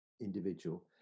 individual